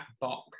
box